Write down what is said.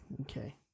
okay